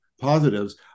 positives